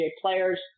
players